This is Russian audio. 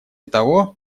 того